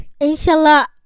inshallah